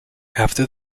after